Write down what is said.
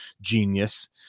genius